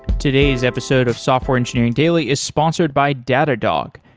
today's episode of software engineering daily is sponsored by datadog,